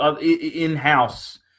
In-house